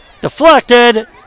Deflected